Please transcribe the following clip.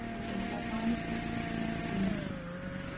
Japan America